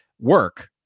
work